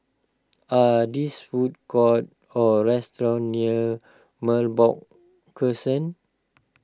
are this food courts or restaurants near Merbok Crescent